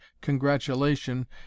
congratulation